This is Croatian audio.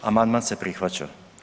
Amandman se prihvaća.